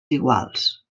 iguals